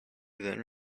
then